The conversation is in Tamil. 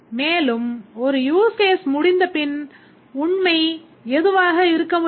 மேலும் ஒரு use case முடிந்தபின் உண்மை எதுவாக இருக்க வேண்டும்